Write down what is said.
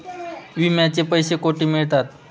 विम्याचे पैसे कुठे मिळतात?